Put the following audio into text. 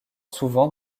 souvent